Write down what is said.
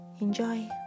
enjoy